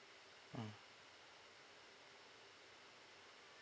mm